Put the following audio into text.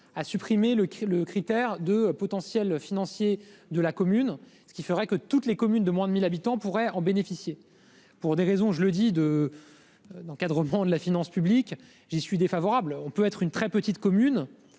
à supprimer le critère de potentiel financier de la commune, ce qui ferait que toutes les communes de moins de 1 000 habitants pourraient en bénéficier. J'y suis défavorable, pour des raisons d'encadrement des finances publiques. On peut être une très petite commune,